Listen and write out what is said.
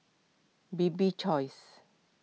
Bibik's Choice